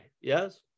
yes